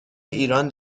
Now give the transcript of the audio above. ایران